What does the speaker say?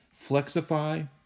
Flexify